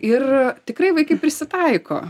ir tikrai vaikai prisitaiko